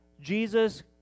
Jesus